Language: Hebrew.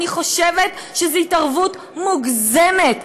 אני חושבת שזו התערבות מוגזמת,